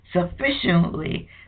sufficiently